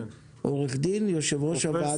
שהוא יושב-ראש הוועדה -- פרופ'